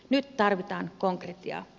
nyt tarvitaan konkretiaa